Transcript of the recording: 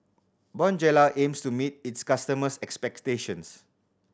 bonjela aims to meet its customers' expectations